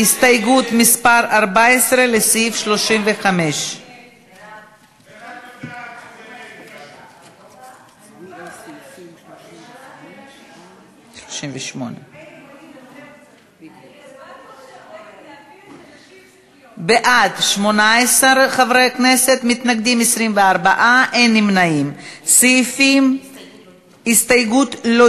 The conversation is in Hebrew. הסתייגות מס' 14 לסעיף 35. ההסתייגות של קבוצת סיעת המחנה הציוני,